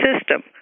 system